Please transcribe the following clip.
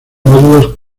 módulos